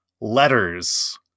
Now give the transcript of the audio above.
letters